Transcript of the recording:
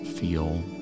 Feel